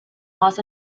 loss